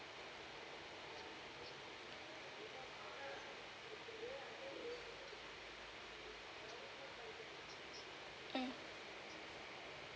mm